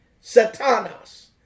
Satanas